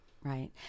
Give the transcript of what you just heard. right